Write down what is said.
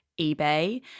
ebay